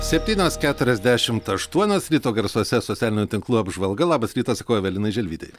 septynios keturiasdešimt aštuonios ryto garsuose socialinių tinklų apžvalga labas rytas sakau evelinai želvytei